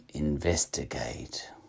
investigate